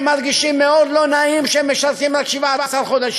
מרגישים מאוד לא נעים שהם משרתים רק 17 חודשים,